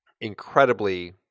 incredibly